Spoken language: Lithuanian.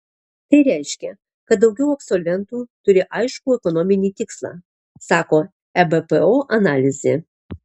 tai reiškia kad daugiau absolventų turi aiškų ekonominį tikslą sako ebpo analizė